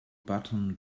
bottom